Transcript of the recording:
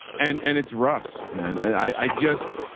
and, and it's russ, man. i just,